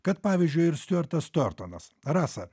kad pavyzdžiui ir stiuartas tuartonas rasa